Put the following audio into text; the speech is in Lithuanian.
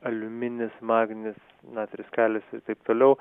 aliuminis magnis natris kalis ir taip toliau